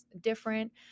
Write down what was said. different